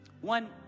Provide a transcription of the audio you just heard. One